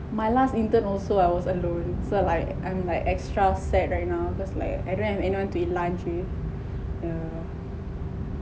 my last intern also I was alone so like I'm like extra sad right now cause like I don't have anyone to eat lunch with yeah